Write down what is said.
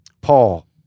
Paul